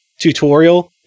tutorial